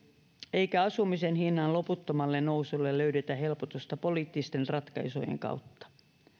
eikä asumisen hinnan loputtomalle nousulle löydetä helpotusta poliittisten ratkaisujen kautta